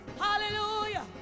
Hallelujah